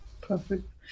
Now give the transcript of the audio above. perfect